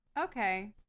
Okay